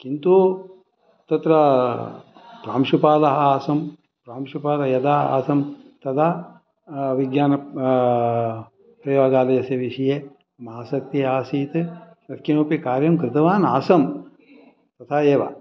किन्तु तत्र प्रांशुपालः आसम् प्रांशुपालः यदा आसम् तदा विज्ञान प्रयोगालयस्य विषये मम आसक्तिः आसीत् यत्किमपि कार्यं कृतवान् आसं तथा एव